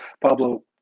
pablo